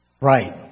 Right